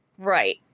Right